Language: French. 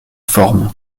forme